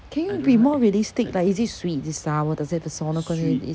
can you be more realistic like is it sweet is it sour does it have a